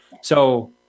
So-